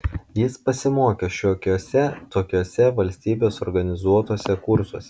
jis pasimokė šiokiuose tokiuose valstybės organizuotuose kursuose